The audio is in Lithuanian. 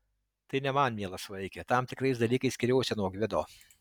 tai ne man mielas vaike tam tikrais dalykais skiriuosi nuo gvido